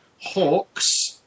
Hawks